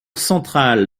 central